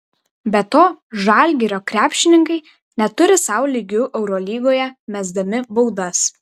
be to žalgirio krepšininkai neturi sau lygių eurolygoje mesdami baudas